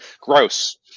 gross